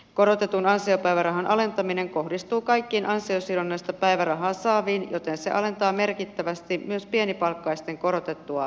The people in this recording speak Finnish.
korotetun ansiopäivärahan alentaminen kohdistuu kaikkiin ansiosidonnaista päivärahaa saaviin joten se alentaa merkittävästi myös pienipalkkaisten korotettua ansio osaa